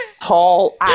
tall